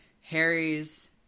Harry's